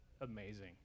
amazing